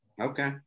Okay